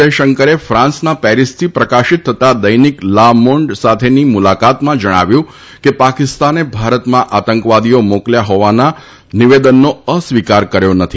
જયશંકરે ફાન્સના પેરીસથી પ્રકાશિત થતા દૈનિક લા મોન્ડ સાથેની મુલાકાતમાં જણાવ્યું છે કે પાકિસ્તાને ભારતમાં આતંકવાદીઓ મોકલ્યા હોવાના નિવેદનનો અસ્વીકાર કર્યો નથી